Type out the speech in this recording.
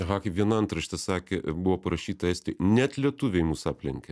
aha kaip viena antraštė sakė buvo parašyta estijoj net lietuviai mus aplenkė